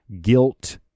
guilt